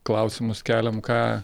klausimus keliam ką